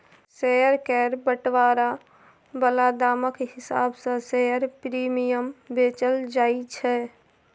share केर बंटवारा बला दामक हिसाब सँ शेयर प्रीमियम बेचल जाय छै